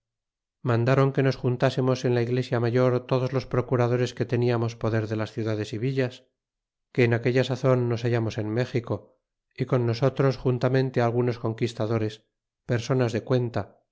mandáron que nos juntasemos en la iglesia mayor todos los pro curadores que teniamos poder de las ciudades e villas que en aquella sazon nos hallamos en méxico y con nosotros juntamente algunos conquistadores personas de cuenta